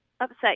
upset